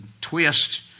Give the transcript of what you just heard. twist